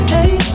Hey